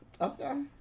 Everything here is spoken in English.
Okay